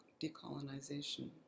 decolonization